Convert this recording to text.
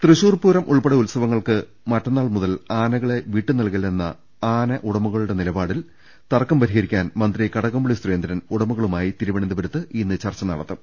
തൃശൂർ പൂരം ഉൾപ്പെടെ ഉത്സവങ്ങൾക്ക് മറ്റന്നാൾ മുതൽ ആന കളെ വിട്ടു നൽകില്ലെന്ന ആന ഉടമകളുടെ നിലപാടിൽ തർക്കം പരി ഹരിക്കാൻ മന്ത്രി കടകംപള്ളി സുരേന്ദ്രൻ ഉടമകളുമായി തിരുവന ന്തപുരത്ത് ഇന്ന് ചർച്ച നടത്തും